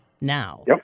now